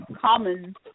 common